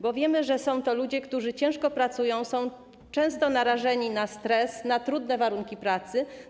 Bo wiemy, że są to ludzie, którzy ciężko pracują, są często narażeni na stres, mają trudne warunki pracy.